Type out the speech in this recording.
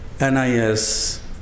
NIS